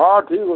ହଁ ଠିକ୍